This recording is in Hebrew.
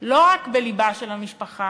לא רק בלבה של המשפחה,